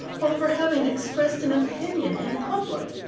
or for having expressed an opinion in public.